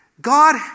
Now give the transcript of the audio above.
God